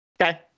Okay